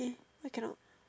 eh why cannot